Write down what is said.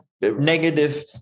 negative